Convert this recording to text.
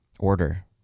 order